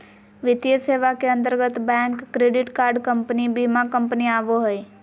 वित्तीय सेवा के अंतर्गत बैंक, क्रेडिट कार्ड कम्पनी, बीमा कम्पनी आवो हय